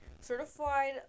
certified